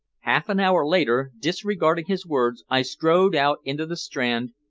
half an hour later, disregarding his words, i strode out into the strand,